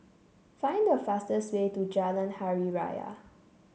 find the fastest way to Jalan Hari Raya